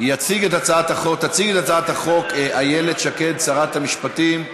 תציג את הצעת החוק איילת שקד, שרת המשפטים,